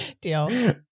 Deal